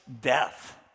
death